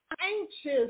anxious